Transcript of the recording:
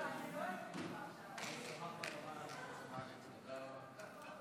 אלכס קושניר חבר הכנסת אלעזר